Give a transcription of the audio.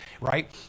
right